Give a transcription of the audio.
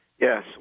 Yes